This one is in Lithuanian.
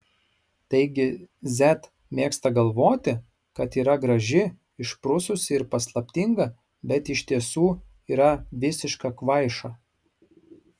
taigi z mėgsta galvoti kad yra graži išprususi ir paslaptinga bet iš tiesų yra visiška kvaiša